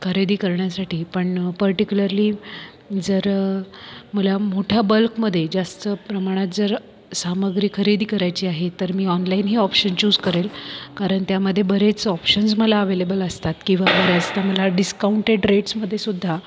खरेदी करण्यासाठी पण पर्टिक्युलरली जर मला मोठया बल्कमध्ये जास्त प्रमाणात जर सामग्री खरेदी करायची आहे तर मी ऑनलाईन हे ऑपशन चुस करेल कारण त्यामध्ये बरेच ऑपशनस मला अव्हेलेबल असतात किंवा जास्त मला डिस्काउंटेड रेट्समध्ये सुद्धा